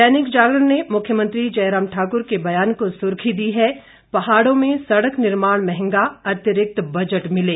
दैनिक जागरण ने मुख्यमंत्री जयराम ठाकुर के बयान को सुर्खी दी है पहाड़ों में सड़क निर्माण महंगा अतिरिक्त बजट मिले